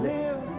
Live